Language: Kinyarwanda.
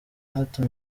hato